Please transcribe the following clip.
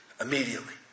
immediately